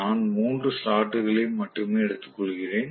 நான் மூன்று ஸ்லாட் களை மட்டுமே எடுத்துக்கொள்கிறேன்